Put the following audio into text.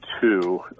two